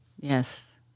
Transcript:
Yes